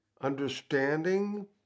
understanding